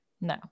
No